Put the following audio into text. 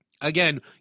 Again